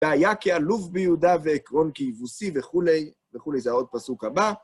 והיה כעלוב ביהודה ועקרון כיבוסי וכולי וכולי, זה עוד פסוק הבא.